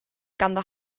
ganddo